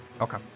Okay